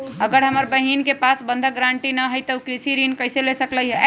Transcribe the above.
अगर हमर बहिन के पास बंधक गरान्टी न हई त उ कृषि ऋण कईसे ले सकलई ह?